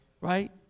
right